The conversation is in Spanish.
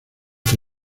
que